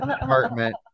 apartment